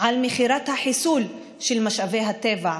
על מכירת החיסול של משאבי הטבע,